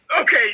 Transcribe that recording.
Okay